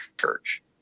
church